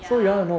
ya